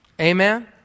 Amen